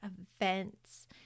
events